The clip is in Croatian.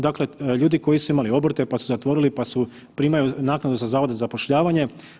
Dakle, ljudi koji su imali obrte, pa su zatvorili, pa su primaju naknade sa zavoda za zapošljavanje.